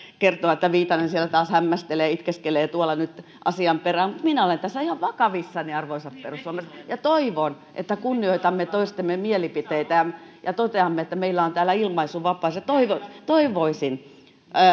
kertoa että viitanen siellä taas hämmästelee itkeskelee tuolla nyt asian perään mutta minä olen tässä ihan vakavissani arvoisat perussuomalaiset toivon että kunnioitamme toistemme mielipiteitä ja toteamme että meillä on täällä ilmaisunvapaus toivoisin toivoisin